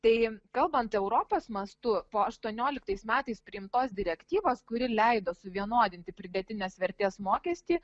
tai kalbant europos mastu po aštuonioliktais metais priimtos direktyvos kuri leido suvienodinti pridėtinės vertės mokestį